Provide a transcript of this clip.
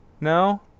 no